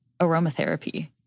aromatherapy